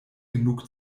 genug